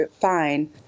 fine